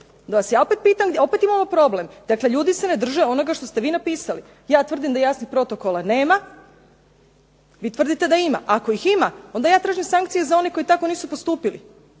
Ja vas opet pitam, opet imamo problem, dakle ljudi se ne drže onoga što ste vi napisali. Ja tvrdim da jasnih protokola nema, vi tvrdite da ima. Ako ih ima onda ja tražim sankcije za one koji tako nisu postupili.